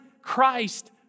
Christ